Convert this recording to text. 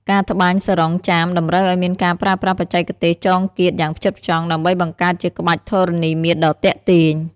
ការត្បាញសារុងចាមតម្រូវឱ្យមានការប្រើប្រាស់បច្ចេកទេសចងគាតយ៉ាងផ្ចិតផ្ចង់ ដើម្បីបង្កើតជាក្បាច់ធរណីមាត្រដ៏ទាក់ទាញ។